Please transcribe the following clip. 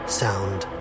sound